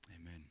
Amen